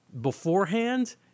beforehand